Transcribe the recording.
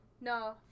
No